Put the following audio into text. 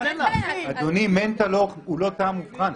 אדוני, מנטה הוא לא טעם מובחן.